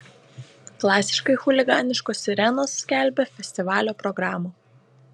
klasiškai chuliganiškos sirenos skelbia festivalio programą